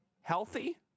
healthy